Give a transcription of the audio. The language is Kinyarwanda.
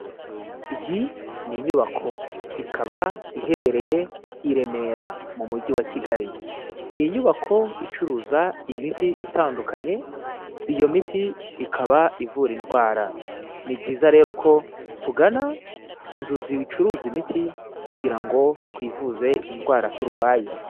Iyi ni inyubako, ikaba iherereye i Remera, mu mujyi wa Kigali. Ni inyubako icuruza imiti itandukanye, iyo miti ikaba ivura indwara. Ni byiza rero ko tugana inzu zicuruza imiti kugira ngo twivuze indwara turwaye.